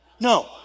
No